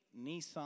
Nissan